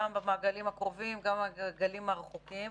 גם במעגלים הקרובים וגם במעגלים הרחוקים.